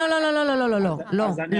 לא, לא, לא, לא, לא.